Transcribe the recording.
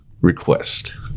request